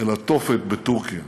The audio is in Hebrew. אל התופת בטורקיה.